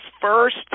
first